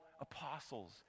apostles